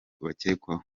bakekwaho